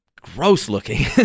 gross-looking